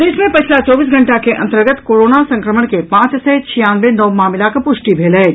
प्रदेश मे पछिला चौबीस घंटा के अंतर्गत कोरोना संक्रमण के पांच सय छियानवे नव मामिलाक पुष्टि भेल अछि